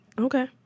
Okay